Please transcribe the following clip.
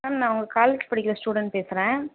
ma'am நான் உங்கள் college படிக்கிற ஸ்டூடெண்ட் பேசுகிறேன்